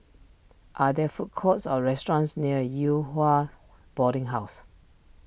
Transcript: are there food courts or restaurants near Yew Hua Boarding House